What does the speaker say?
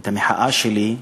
את המחאה שלי,